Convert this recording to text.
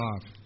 off